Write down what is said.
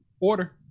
order